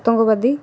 ଆତଙ୍କବାଦୀ